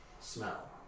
smell